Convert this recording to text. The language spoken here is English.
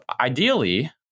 ideally